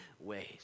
ways